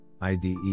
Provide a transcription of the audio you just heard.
IDE